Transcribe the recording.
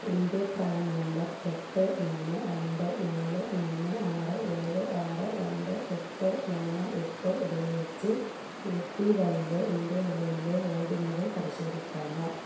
എൻ്റെ PRAN number എട്ട് മൂന്ന് രണ്ട് നാല് മൂന്ന് ആറ് ഏഴ് ആറ് രണ്ട് എട്ട് മൂന്ന് എട്ട് ഉപയോഗിച്ച് എ പി വൈയിലെ എൻ്റെ നിലവിലെ ഹോൾഡിംഗുകൾ പരിശോധിക്കാമോ